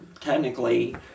technically